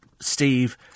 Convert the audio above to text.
steve